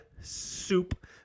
soup